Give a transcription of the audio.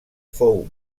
fou